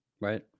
Right